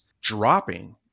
dropping